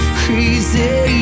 crazy